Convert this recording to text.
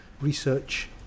Research